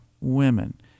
women